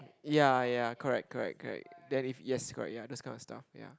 ya ya correct correct correct that if yes correct ya those kind of stuff ya